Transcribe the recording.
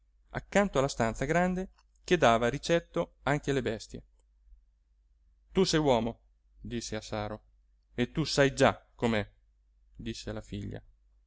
accanto alla stanza grande che dava ricetto anche alle bestie tu sei uomo disse a saro e tu sai già com'è disse alla figlia